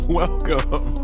welcome